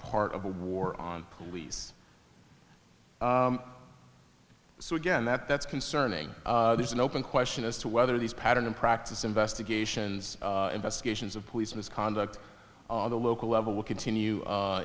part of a war on police so again that that's concerning there's an open question as to whether these pattern and practice investigations investigations of police misconduct on the local level will continue